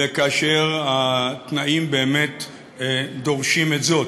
וכאשר התנאים באמת דורשים זאת.